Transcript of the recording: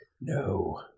No